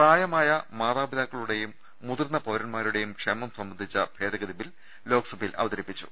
പ്രായമായ മാതാപിതാക്കളുടെയും മുതിർന്ന പൌരൻമാരുടെയും ക്ഷേമം സംബന്ധിച്ച ഭേദഗതി ബിൽ ലോക്സഭയിൽ അവതരിപ്പിച്ചു